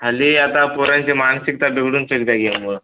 हल्ली आता पोरांची मानसिकता बिघडून मुळं